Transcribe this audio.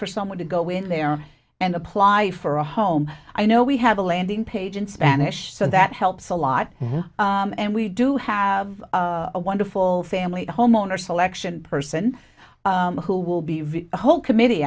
for someone to go in there and apply for a home i know we have a landing page in spanish so that helps a lot and we do have a wonderful family homeowner selection person who will be a whole committee